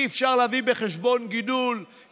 אי-אפשר להביא בחשבון גידול,